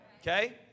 Okay